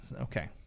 Okay